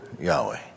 Yahweh